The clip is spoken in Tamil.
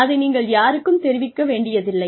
அதை நீங்கள் யாருக்கும் தெரிவிக்க வேண்டியதில்லை